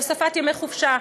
הוספת ימי חופשה,